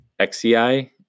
XCI